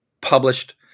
published